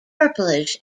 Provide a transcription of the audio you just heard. purplish